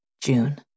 June